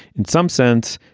in some sense,